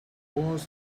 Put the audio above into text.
was